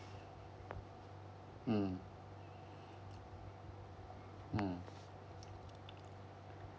mm mm